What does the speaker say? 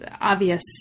obvious